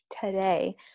today